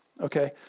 Okay